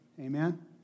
Amen